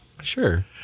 Sure